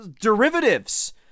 derivatives